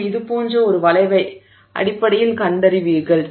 நீங்கள் இது போன்ற ஒரு வளைவை அடிப்படையில் கண்டறிவீர்கள்